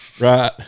right